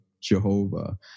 Jehovah